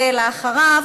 ואחריה,